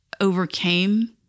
overcame